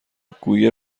رکگویی